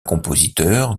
compositeur